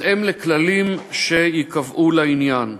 בהתאם לכללים שייקבעו לעניין.